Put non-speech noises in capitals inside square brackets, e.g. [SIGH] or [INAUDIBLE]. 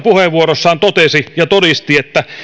[UNINTELLIGIBLE] puheenvuorossaan totesi ja todisti että